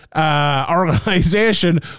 organization